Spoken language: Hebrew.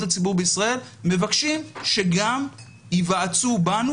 הציבור בישראל מבקשים שגם ייוועצו בנו,